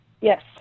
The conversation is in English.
Yes